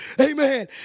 amen